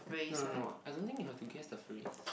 no no no I don't think have to guess the phrase